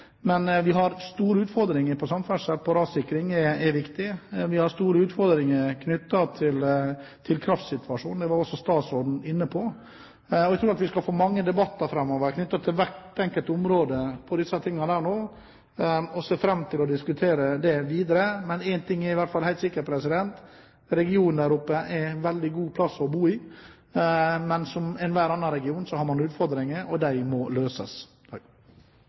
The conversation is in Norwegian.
Men vi har store utfordringer når det gjelder samferdsel, hvor rassikring er viktig. Vi har store utfordringer knyttet til kraftsituasjonen, og det var også statsråden inne på. Jeg tror at vi skal få mange debatter framover i forbindelse med hvert enkelt område når det gjelder disse tingene, og jeg ser fram til å diskutere det videre. Men én ting er i hvert fall helt sikkert: Regionen der oppe er en veldig god plass å bo. Men som enhver annen region har man utfordringer, og de må løses.